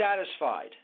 satisfied